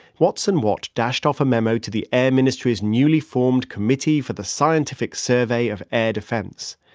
watson watt dashed off a memo to the air ministry's newly formed committee for the scientific survey of air defense.